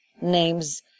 names